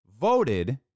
voted